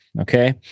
okay